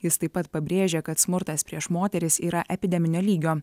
jis taip pat pabrėžė kad smurtas prieš moteris yra epideminio lygio